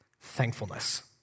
Thankfulness